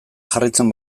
jarraitzen